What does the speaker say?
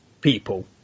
people